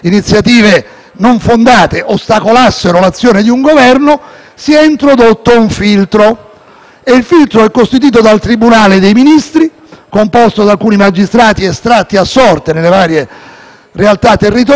un filtro che è costituito dal tribunale dei Ministri, composto da alcuni magistrati estratti a sorte nelle varie realtà territoriali, tra coloro che hanno cinque anni di esperienza nei tribunali, ai quali viene affidata una valutazione.